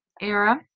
era